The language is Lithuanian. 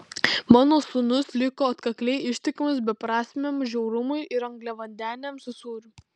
mano sūnus liko atkakliai ištikimas beprasmiam žiaurumui ir angliavandeniams su sūriu